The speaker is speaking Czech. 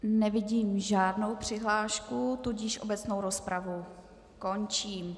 Nevidím žádnou přihlášku, tudíž obecnou rozpravu končím.